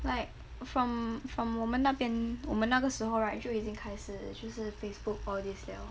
like from from 我们那边我们那个时候 right 就已经开始就是 facebook all this liao